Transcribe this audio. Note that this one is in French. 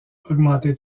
augmentait